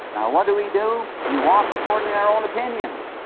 what do we do? we walk according to our own opinions,